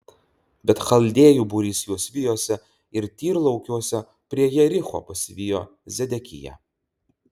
bet chaldėjų būrys juos vijosi ir tyrlaukiuose prie jericho pasivijo zedekiją